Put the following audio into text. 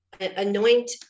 anoint